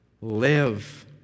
live